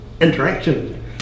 interaction